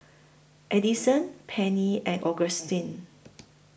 Adison Penny and Augustin